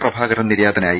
പ്രഭാകരൻ നിര്യാതനായി